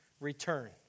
return